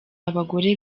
abagore